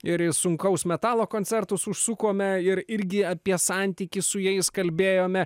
ir į sunkaus metalo koncertus užsukome ir irgi apie santykį su jais kalbėjome